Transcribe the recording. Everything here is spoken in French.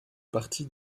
partie